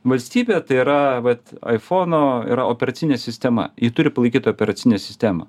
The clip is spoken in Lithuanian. valstybė tai yra vat aifono yra operacinė sistema ji turi palaikyt operacinę sistemą